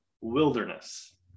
wilderness